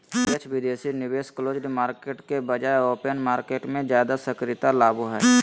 प्रत्यक्ष विदेशी निवेश क्लोज्ड मार्केट के बजाय ओपन मार्केट मे ज्यादा सक्रियता लाबो हय